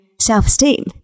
self-esteem